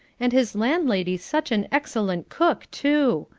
and his landlady such an excellent cook, too!